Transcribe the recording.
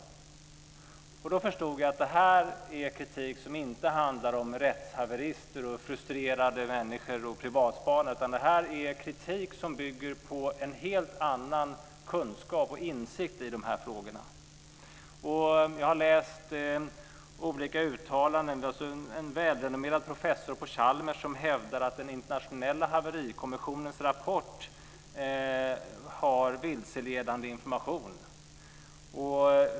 Då förstod jag att detta är kritik som inte handlar om rättshaverister, frustrerade människor och privatspanare, utan detta är kritik som bygger på en helt annan kunskap om och insikt i de här frågorna. Jag har läst olika uttalanden. En välrenommerad professor på Chalmers hävdar att den internationella haverikommissionens rapport har vilseledande information.